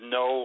no